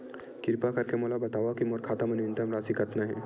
किरपा करके मोला बतावव कि मोर खाता मा न्यूनतम राशि कतना हे